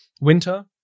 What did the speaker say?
Winter